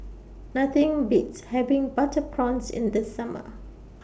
Nothing Beats having Butter Prawns in The Summer